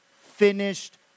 finished